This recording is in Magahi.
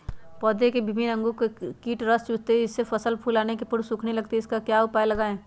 पौधे के विभिन्न अंगों से कीट रस चूसते हैं जिससे फसल फूल आने के पूर्व सूखने लगती है इसका क्या उपाय लगाएं?